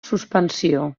suspensió